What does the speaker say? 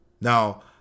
Now